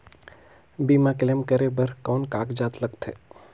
बीमा क्लेम करे बर कौन कागजात लगथे?